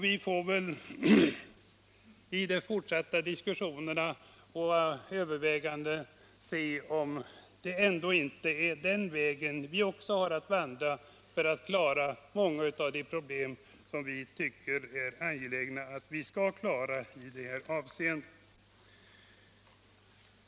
Vi får väl i de fortsatta diskussionerna och övervägandena se om det ändå inte är den vägen vi också har att vandra för att klara många av de problem som vi tycker att det är angeläget att klara i det här avseendet.